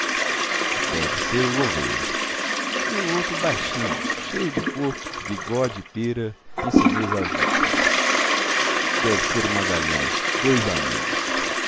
deve ser o gouveia e o outro baixinho cheio de corpo de bigode e pêra pince-nez azul deve ser o magalha es dois amigos